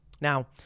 Now